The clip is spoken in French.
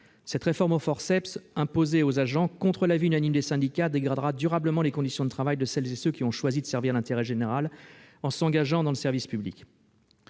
Cette réforme au forceps, imposée aux agents contre l'avis unanime des syndicats, dégradera durablement les conditions de travail de celles et ceux qui ont choisi de servir l'intérêt général en s'engageant dans le service public.